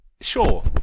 sure